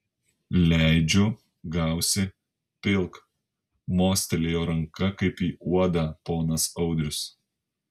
leidžiu gausi pilk mostelėjo ranka kaip į uodą ponas audrius